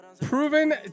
proven